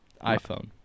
iPhone